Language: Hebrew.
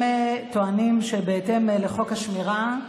הם טוענים שבהתאם לחוק השמירה,